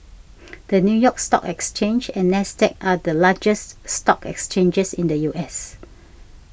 the New York Stock Exchange and NASDAQ are the largest stock exchanges in the U S